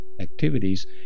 activities